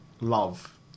Love